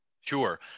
Sure